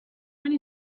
many